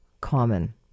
common